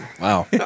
Wow